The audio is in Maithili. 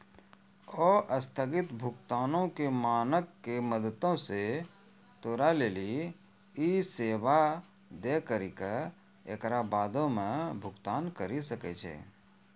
अस्थगित भुगतानो के मानक के मदतो से तोरा लेली इ सेबा दै करि के एकरा बादो मे भुगतान करि सकै छै